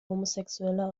homosexueller